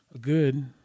good